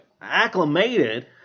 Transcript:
Acclimated